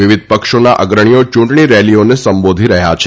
વિવિધ પક્ષોના અગ્રણીઓ ચૂંટણી રેલીઓને સંબોધી રહ્ય છે